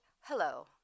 hello